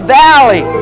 valley